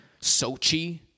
Sochi